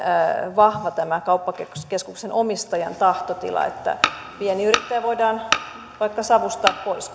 vahva tämä kauppakeskuksen omistajan tahtotila että pieni yrittäjä voidaan vaikka savustaa pois